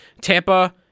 Tampa